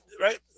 right